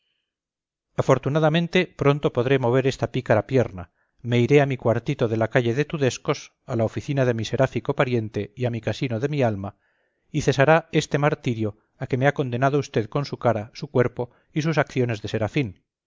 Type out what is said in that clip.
afortunadamente pronto podré mover esta pícara pierna me iré a mi cuartito de la calle de tudescos a la oficina de mi seráfico pariente y a mi casino de mi alma y cesará este martirio a que me ha condenado usted con su cara su cuerpo y sus acciones de serafín